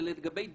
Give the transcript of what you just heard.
לגבי "דובק",